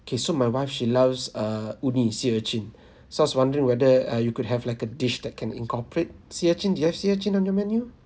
okay so my wife she loves err uni sea urchin so I was wondering whether uh you could have like a dish that can incorporate sea urchin do you have sea urchin on your menu